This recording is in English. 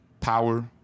power